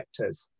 vectors